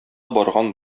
барган